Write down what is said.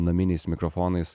naminiais mikrofonais